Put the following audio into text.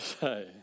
say